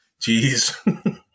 Jeez